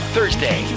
Thursday